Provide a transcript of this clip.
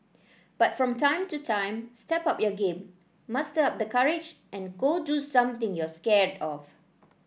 but from time to time step up your game muster up the courage and go do something you're scared of